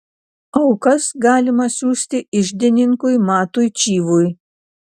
aukas galima siųsti iždininkui matui čyvui